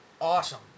awesome